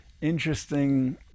interesting